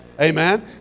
Amen